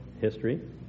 history